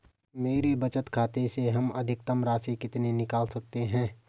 मेरे बचत खाते से हम अधिकतम राशि कितनी निकाल सकते हैं?